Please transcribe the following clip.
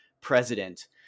president